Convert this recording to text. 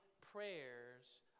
prayers